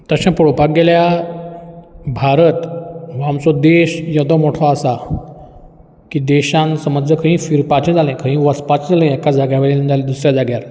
तशें पळोवपाक गेल्यार भारत आमचो देश येदो मोठो आसा की देशांत समज जरी खंयी फिरपाचें जालें खंयी वचपाचें जालें एका जाग्या वयल्यान जाल्या दुसऱ्या जाग्यार